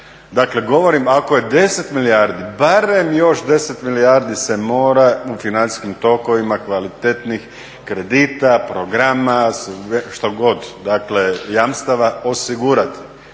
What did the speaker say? Dakle govorim ako je 10 milijardi barem još 10 milijardi se mora u financijskim tokovima kvalitetnih kredita, programa, što god, dakle jamstava osigurati.